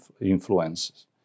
influences